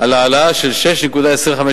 על העלאה של 6.25%,